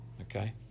okay